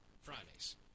Fridays